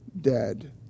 dead